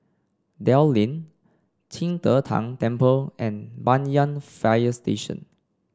Dell Lane Qing De Tang Temple and Banyan Fire Station